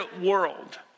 world